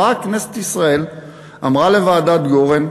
באה כנסת ישראל ואמרה לוועדת גורן: